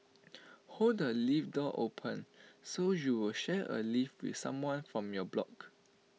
hold the lift door open so you'll share A lift with someone from your block